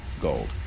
gold